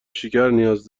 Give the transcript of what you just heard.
شکرنیاز